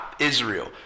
Israel